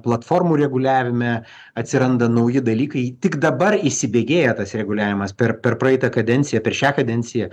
platformų reguliavime atsiranda nauji dalykai tik dabar įsibėgėja tas reguliavimas per per praitą kadenciją per šią kadenciją